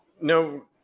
no